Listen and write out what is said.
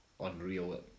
unreal